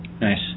nice